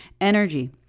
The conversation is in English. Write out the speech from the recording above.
energy